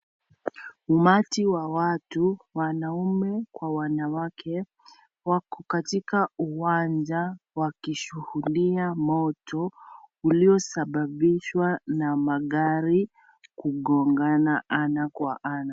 Umati wa watu, wanaume Kwa wanawake wako katika uwanja wakishuhudia moto uliosababishwa na magari kukongana ana Kwa ana.